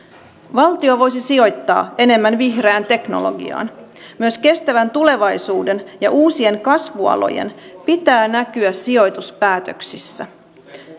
valtio voisi sijoittaa enemmän vihreään teknologiaan myös kestävän tulevaisuuden ja uusien kasvualojen pitää näkyä sijoituspäätöksissä